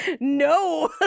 no